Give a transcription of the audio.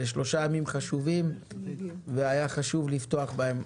אלה שלושה נושאים חשובים שמודגשים היום והיה חשוב לפתוח בהם.